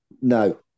No